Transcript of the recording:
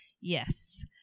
Yes